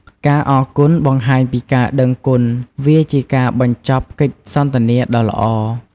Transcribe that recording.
ការអរគុណបង្ហាញពីការដឹងគុណវាជាការបញ្ចប់កិច្ចសន្ទនាដ៏ល្អ។